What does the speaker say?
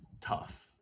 tough